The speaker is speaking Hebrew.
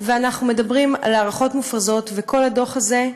ואנחנו מדברים על הערכות מופרזות, וכל הדוח הזה,